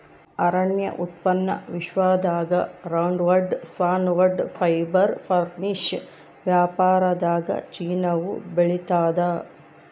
ಅರಣ್ಯ ಉತ್ಪನ್ನ ವಿಶ್ವದಾಗ ರೌಂಡ್ವುಡ್ ಸಾನ್ವುಡ್ ಫೈಬರ್ ಫರ್ನಿಶ್ ವ್ಯಾಪಾರದಾಗಚೀನಾವು ಬೆಳಿತಾದ